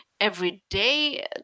everyday